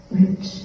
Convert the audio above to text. rich